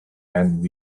and